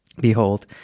Behold